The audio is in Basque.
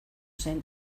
zen